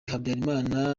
habyalimana